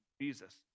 Jesus